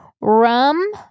rum